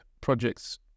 projects